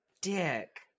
dick